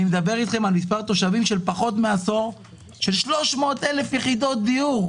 אני מדבר על מספר תושבים שתוך פחות מעשור גדל ב-300,000 תושבים.